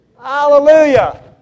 Hallelujah